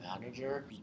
manager